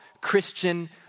Christian